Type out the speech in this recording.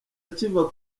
akiva